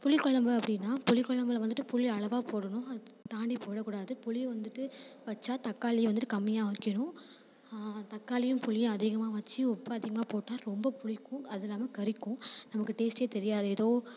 புளி கொழம்பு அப்படின்னா புளி கொழம்புல வந்துட்டு புளி அளவாக போடணும் அதை தாண்டி போடக்கூடாது புளி வந்துட்டு வைச்சா தக்காளி வந்துட்டு கம்மியாக வைக்கணும் தக்காளியும் புளியும் அதிகமாக வச்சு உப்பு அதிகமாக போட்டால் ரொம்ப புளிக்கும் அதுவும் இல்லாமல் கரிக்கும் நமக்கு டேஸ்டே தெரியாது ஏதோ